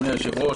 אדוני היושב-ראש,